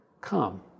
come